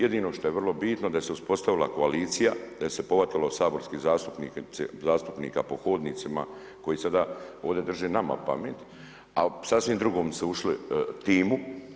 Jedino što je vrlo bitno da se uspostavila koalicija, da se pohvatalo saborskih zastupnika po hodnicima koji sada ovdje drže nama pamet, a sasvim drugom su ušli timu.